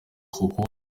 kuko